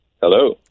Hello